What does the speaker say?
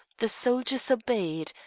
the soldiers obeyed,